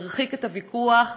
נרחיק את הוויכוח,